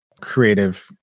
creative